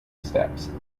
steps